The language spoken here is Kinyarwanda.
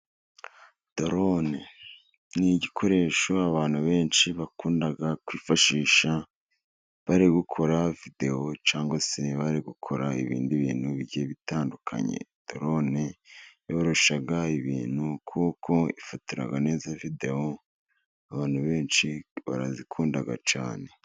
Darone ni igikoresho abantu benshi bakunda kwifashisha bari gukora videwo, cyangwa se bari gukora ibindi bintu bigiye bitandukanye. Dorone yoroshya ibintu kuko ifata neza videwo abantu benshi barazikunda cyane.